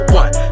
one